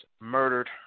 murdered